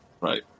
Right